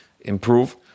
improve